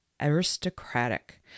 aristocratic